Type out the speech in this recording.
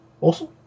awesome